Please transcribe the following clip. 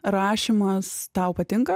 rašymas tau patinka